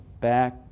back